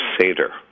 Seder